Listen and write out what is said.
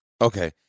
Okay